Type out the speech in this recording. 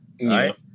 right